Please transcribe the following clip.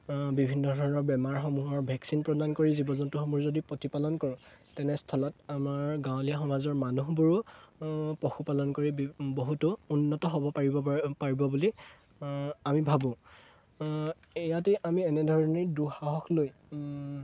বিভিন্ন ধৰণৰ বেমাৰসমূহৰ ভেকচিন প্ৰদান কৰি জীৱ জন্তুসমূহৰ যদি প্ৰতিপালন কৰোঁ তেনেস্থলত আমাৰ গাঁৱলীয়া সমাজৰ মানুহবোৰো পশুপালন কৰি বহুতো উন্নত হ'ব পাৰিব পাৰ পাৰিব বুলি আমি ভাবোঁ ইয়াতে আমি এনেধৰণেই দুঃসাহস লৈ